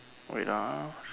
wait ah